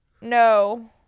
No